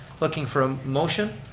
looking for a motion.